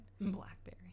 Blackberry